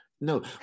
No